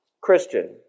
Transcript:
Christian